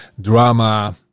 drama